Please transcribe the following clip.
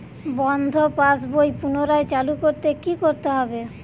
বন্ধ পাশ বই পুনরায় চালু করতে কি করতে হবে?